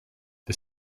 the